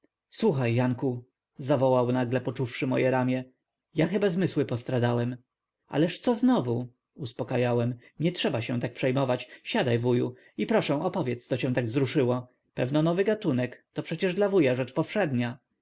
słuchaj janku zawołał nagle poczuwszy moje ramię ja chyba zmysły postradałem ależ co znowu uspakajałem nie trzeba się tak przejmować siadaj wuju i proszę opowiedz co cię tak wzruszyło pewno nowy gatunek to przecież dla wuja rzecz powszednia